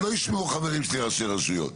שלא ישמעו חברים שלי ראשי הרשויות.